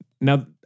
Now